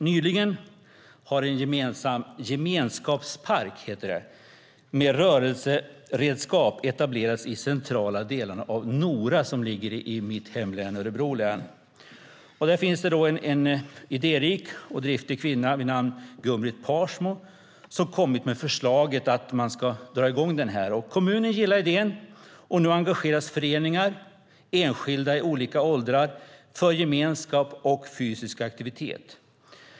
Nyligen har en gemenskapspark med rörelseredskap etablerats i de centrala delarna av Nora, som ligger i mitt hemlän Örebro län. Där finns det en idérik och driftig kvinna vid namn Gunbritt Parsmo som har kommit med förslaget att dra i gång detta. Kommunen gillade idén, och nu engageras föreningar och enskilda i olika åldrar för gemenskap och fysisk aktivitet.